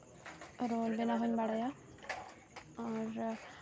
roll ᱵᱮᱱᱟᱣ ᱦᱚᱸᱧ ᱵᱟᱲᱟᱭᱟ ᱟᱨ